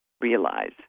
realize